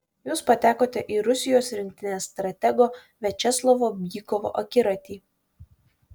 jūs patekote į rusijos rinktinės stratego viačeslavo bykovo akiratį